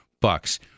Bucks